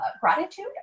gratitude